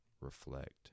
Reflect